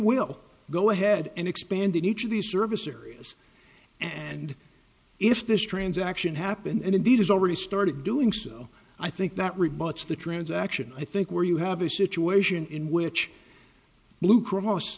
will go ahead and expand in each of these service areas and if this transaction happen and indeed has already started doing so i think that rebuts the transaction i think where you have a situation in which blue cross